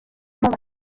abantu